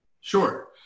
Sure